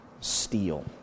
steal